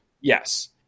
Yes